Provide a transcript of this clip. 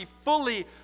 fully